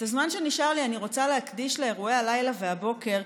את הזמן שנשאר לי אני רוצה להקדיש לאירועי הלילה והבוקר,